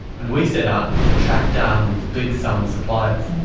and we set out to track down these big sarms suppliers.